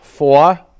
Four